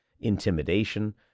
intimidation